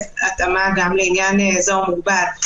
כולל התאמה גם לעניין אזור מוגבל.